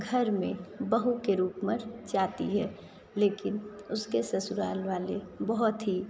एक बहू के रूप में जाती है लेकिन उसके ससुराल वाले बहुत ही